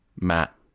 Matt